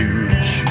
Huge